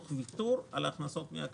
תוך ויתור על הכנסות מן הקרקע.